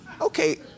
Okay